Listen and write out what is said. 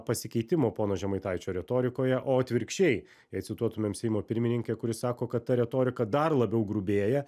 pasikeitimo pono žemaitaičio retorikoje o atvirkščiai jei cituotumėm seimo pirmininkę kuri sako kad ta retorika dar labiau grubėja